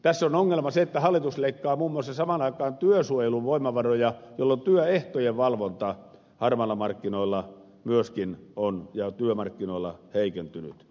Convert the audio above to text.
tässä on ongelma se että hallitus leikkaa muun muassa samaan aikaan työsuojelun voimavaroja jolloin työehtojen valvonta harmailla markkinoilla ja työmarkkinoilla myöskin on heikentynyt